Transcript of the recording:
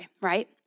right